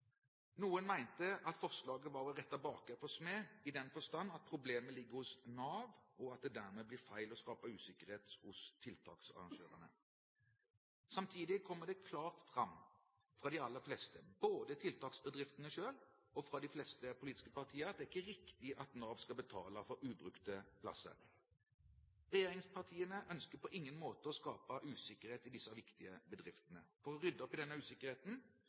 Noen mente at forslaget var å rette baker for smed, i den forstand at problemet ligger hos Nav, og at det dermed blir feil å skape usikkerhet hos tiltaksarrangørene. Samtidig kommer det klart fram fra de aller fleste, både fra tiltaksbedriftene selv og fra de fleste politiske partier, at det ikke er riktig at Nav skal betale for ubrukte plasser. Regjeringspartiene ønsker på ingen måte å skape usikkerhet i disse viktige bedriftene. For å rydde opp i denne usikkerheten